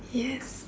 yes